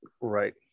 right